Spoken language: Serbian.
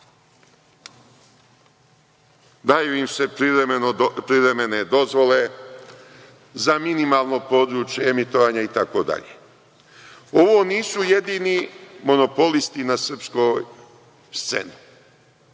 Daju im se privremene dozvole za minimalno područje emitovanja itd. Ovo nisu jedini monopolisti na srpskoj sceni.